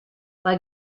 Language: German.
bei